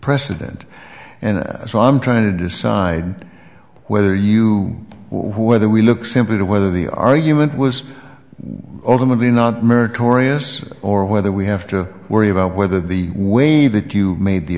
precedent and so i'm trying to decide whether you whether we look simply to whether the argument was ultimately not meritorious or whether we have to worry about whether the way that you made the